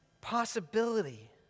possibility